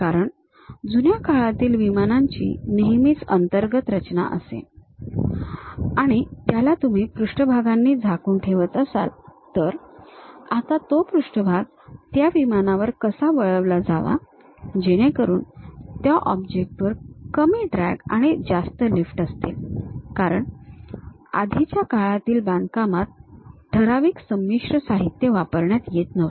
कारण जुन्या काळातील विमानांची नेहमीच अंतर्गत रचना असे आणि त्याला तुम्ही पृष्ठभागांनी झाकून ठेवत असाल तर आता तो पृष्ठभाग त्या विमानावर कसा वळवला जावा जेणेकरून त्या ऑब्जेक्ट वर कमी ड्रॅग आणि जास्त लिफ्ट असतील कारण आधीच्या काळातील बांधकामांत ठराविक संमिश्र साहित्य वापरण्यात येत नव्हते